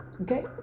Okay